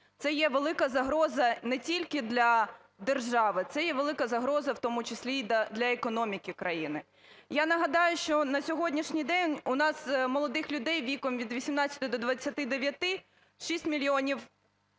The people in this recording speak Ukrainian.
Це є велика загроза не тільки для держави, це є велика загроза, в тому числі для економіки країни. Я нагадаю, що на сьогоднішній день у нас молодих людей віком від 18 до 29 – 6 мільйонів